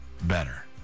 better